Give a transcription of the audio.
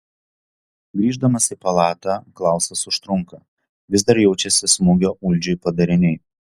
grįždamas į palatą klausas užtrunka vis dar jaučiasi smūgio uldžiui padariniai